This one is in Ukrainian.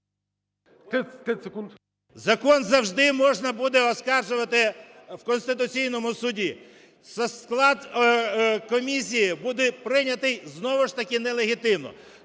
Закон завжди можна буде оскаржувати в Конституційному Суді. Склад комісії буде прийнятий знову ж таки не легітимно.